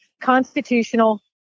constitutional